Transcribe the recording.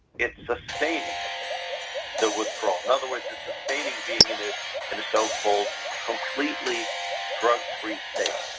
it's sustaining the withdrawal. in other words it's sustaining being in ah in a so-called completely drug-free state.